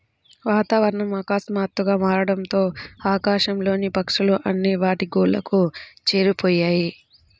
వాతావరణం ఆకస్మాతుగ్గా మారడంతో ఆకాశం లోని పక్షులు అన్ని వాటి గూళ్లకు చేరిపొయ్యాయి